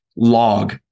log